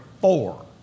four